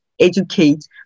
educate